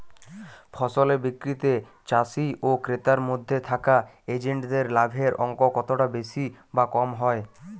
ফসলের বিক্রিতে চাষী ও ক্রেতার মধ্যে থাকা এজেন্টদের লাভের অঙ্ক কতটা বেশি বা কম হয়?